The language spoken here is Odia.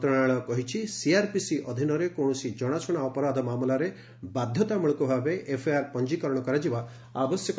ମନ୍ତ୍ରଣାଳୟ କହିଛି ସିଆର୍ପିସି ଅଧୀନରେ କୌଣସି କଣାଶୁଣା ଅପରାଧ ମାମଲାରେ ବାଧ୍ୟତାମୂଳକ ଭାବେ ଏଫ୍ଆଇଆର୍ ପଞ୍ଜୀକରଣ କରାଯିବା ଆବଶ୍ୟକ